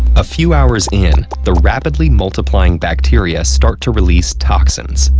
a few hours in, the rapidly multiplying bacteria start to release toxins,